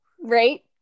Right